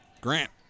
Grant